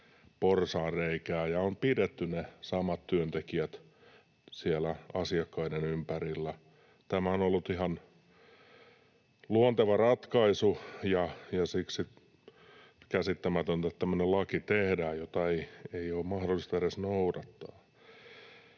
porsaanreikää ja pidetty ne samat työntekijät siellä asiakkaiden ympärillä. Tämä on ollut ihan luonteva ratkaisu, ja siksi on käsittämätöntä, että tämmöinen laki tehdään, jota ei ole mahdollista edes noudattaa.